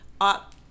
up